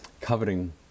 Coveting